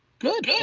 good.